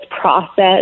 process